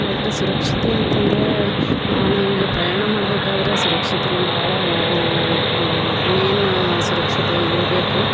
but ಸುರಕ್ಷತೆ ಅಂತ ಅಂದ್ರೆ ನಾವೀಗ ಪ್ರಯಾಣ ಮಾಡ್ಬೇಕಾದ್ರೆ ಸುರಕ್ಷತೆಯೂ ಭಾಳ ಮೇಯ್ನ್ ಸುರಕ್ಷತೆ ಇರಬೇಕು